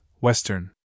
Western